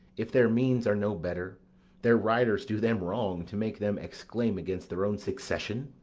if their means are no better their writers do them wrong to make them exclaim against their own succession?